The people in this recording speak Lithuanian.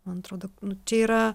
man atrodo čia yra